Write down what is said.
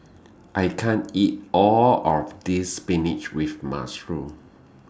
I can't eat All of This Spinach with Mushroom